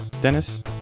Dennis